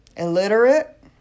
Illiterate